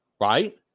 right